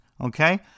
okay